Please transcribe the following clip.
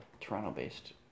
Toronto-based